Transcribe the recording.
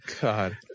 God